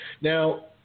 Now